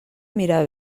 mira